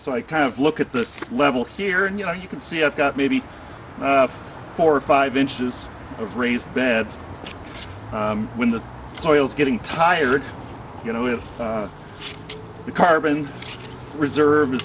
so i kind of look at this level here and you know you can see i've got maybe four or five inches of raised beds when the soil is getting tired you know with the carbon reserve